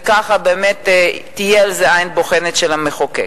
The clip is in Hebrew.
וככה באמת תהיה על זה עין בוחנת של המחוקק.